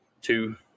two